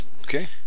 Okay